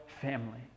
family